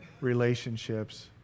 relationships